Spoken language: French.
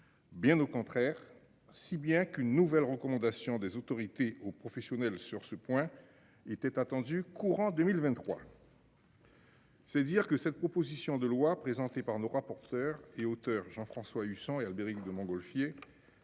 Bien au contraire. Si bien qu'une nouvelle recommandation des autorités aux professionnels sur ce point était attendue courant 2023. C'est dire que cette proposition de loi présentée par nos rapporteurs et auteur Jean-François Husson et Albéric de Montgolfier.